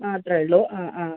ആ അത്രേയുള്ളൂ ആ ആ